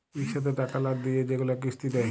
ইকসাথে টাকা লা দিঁয়ে যেগুলা কিস্তি দেয়